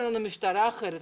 אין לנו משטרה אחרת,